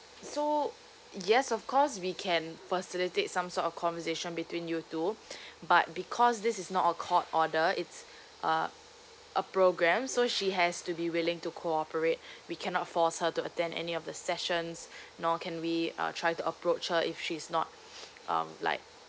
so yes of course we can facilitate some sort of conversation between you two but because this is not a court order it's uh a program so she has to be willing to cooperate we cannot force her to attend any of the sessions nor can we uh try to approach her if she's not um like